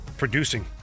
producing